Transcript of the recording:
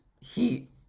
Heat